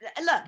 Look